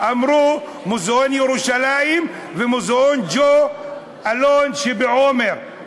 אמרו: מוזיאון בירושלים ומוזיאון ג'ו אלון שבעומר.